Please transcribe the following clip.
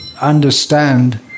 understand